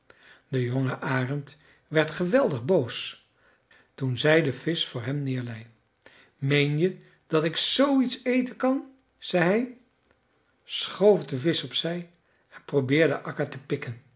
de jonge arend werd geweldig boos toen zij den visch voor hem neerlei meen je dat ik zooiets eten kan zei hij schoof den visch op zij en probeerde akka te pikken